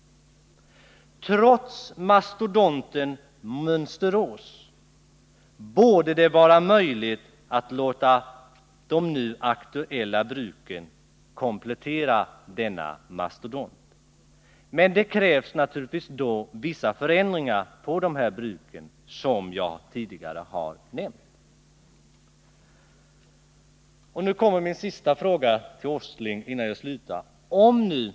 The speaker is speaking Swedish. Trots mastodonten Mönsterås borde det vara möjligt att låta de nu aktuella bruken komplettera denna mastodont. Men det krävs naturligtvis då på dessa bruk vissa förändringar, som jag tidigare har nämnt. Nu kommer mina sista frågor till Nils Åsling innan jag slutar mitt inlägg.